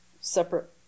separate